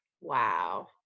Wow